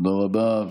תודה רבה,